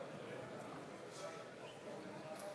(חברי הכנסת מקדמים בקימה את פני נשיא